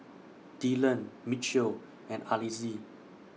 Dillan Mitchel and Alize